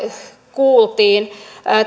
kuultiin